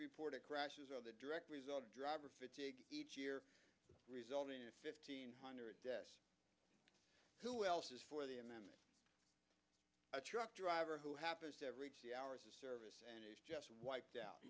reported crashes are the direct result of driver fatigue each year resulting in fifteen hundred deaths who else is for the and then a truck driver who happens to reach the hours of service and he's just wiped out